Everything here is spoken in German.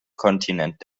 kontinent